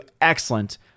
excellent